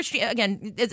Again